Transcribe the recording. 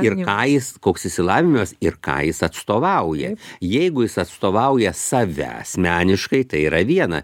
ir ką jis koks išsilavinimas ir ką jis atstovauja jeigu jis atstovauja save asmeniškai tai yra viena